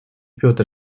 петр